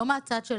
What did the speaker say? לא מהצד של